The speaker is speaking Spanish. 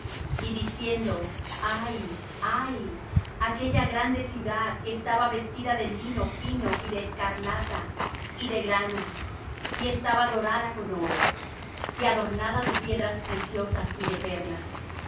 y diciendo ay ay aquella gran ciudad que estaba vestida de lino fino y de escarlata y de grana y estaba dorada con oro y adornada de piedras preciosas y de perlas